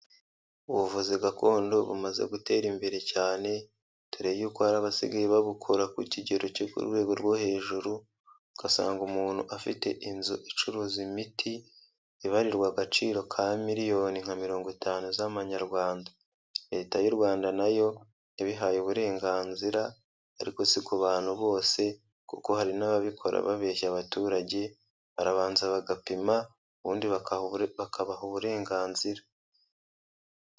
Ubuvuzi gakondo bumaze gutera imbere cyane, dore y'uko hari abasigaye babukora ku kigero cyo ku rwego rwo hejuru, ugasanga umuntu afite inzu icuruza imiti, ibarirwa agaciro ka miliyoni nka mirongo itanu z'Amanyarwanda. Leta y'u Rwanda nayo yabihaye uburenganzira, ariko si ku bantu bose, kuko hari n'ababikora babeshya abaturage, barabanza bagapima ubundi bakabaha uburenganzira.